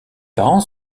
parents